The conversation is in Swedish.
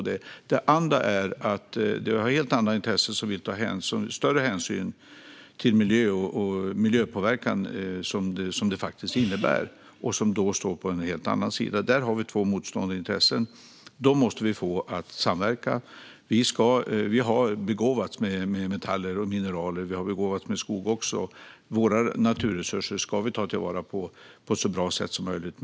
Det andra är helt andra intressen som vill ta större hänsyn till den miljöpåverkan som detta innebär. Där har vi två motstående intressen. Dem måste vi få att samverka. Vi har begåvats med metaller och mineraler och också med skog. Våra naturresurser ska vi ta till vara på så bra sätt som möjligt.